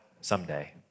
someday